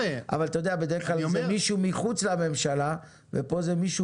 אבל אתה יודע בדרך כלל זה מישהו מחוץ לממשלה ופה זה מישהו